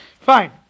Fine